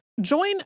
Join